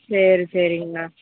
சரி சரிங்ணா